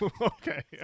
okay